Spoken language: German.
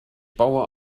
baue